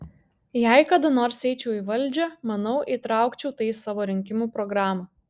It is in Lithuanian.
jei kada nors eičiau į valdžią manau įtraukčiau tai į savo rinkimų programą